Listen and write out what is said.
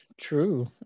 True